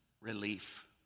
relief